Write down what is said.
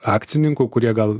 akcininkų kurie gal